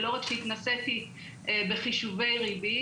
ולא רק שהתנסיתי בחישובי ריבית.